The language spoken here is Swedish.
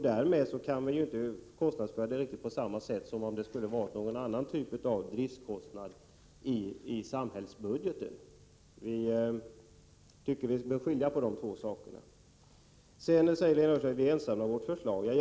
Därmed kan de pengar vi avsätter inte bokföras på samma sätt som en driftskostnad i samhällsbudgeten. Vi tycker att man måste skilja på de två sakerna. Sedan säger Lena Öhrsvik att vi är ensamma om vårt förslag.